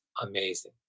amazing